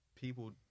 people